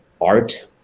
art